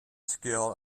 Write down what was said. skill